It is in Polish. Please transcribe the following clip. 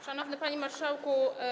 Szanowny Panie Marszałku!